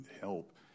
help